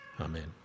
Amen